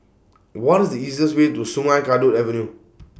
What IS The easiest Way to Sungei Kadut Avenue